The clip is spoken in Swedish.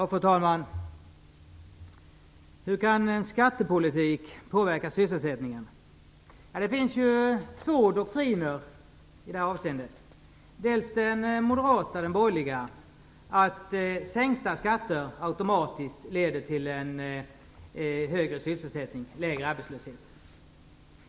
Fru talman! Hur kan skattepolitik påverka sysselsättningen? Det finns två doktriner i detta avseende. Det finns den moderata borgerliga att sänkta skatter automatiskt leder till en högre sysselsättning och lägre arbetslöshet.